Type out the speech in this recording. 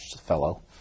fellow